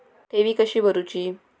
ठेवी कशी भरूची?